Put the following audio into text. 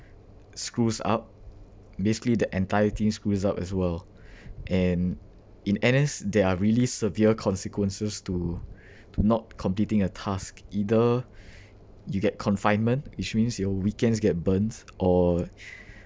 screws up basically the entire team screws up as well and in N_S there are really severe consequences to to not completing a task either you get confinement which means your weekends get burnt or